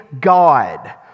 God